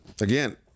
again